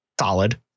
solid